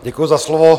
Děkuji za slovo.